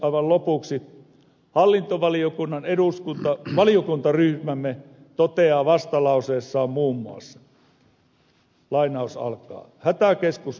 aivan lopuksi hallintovaliokunnan valiokuntaryhmämme toteaa vastalauseessaan muun muassa